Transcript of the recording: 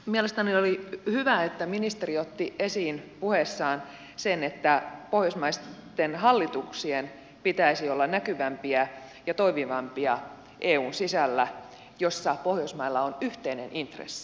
mielestäni oli hyvä että ministeri otti esiin puheessaan sen että pohjoismaisten hallituksien pitäisi olla näkyvämpiä ja toimivampia eun sisällä asioissa joissa pohjoismailla on yhteinen intressi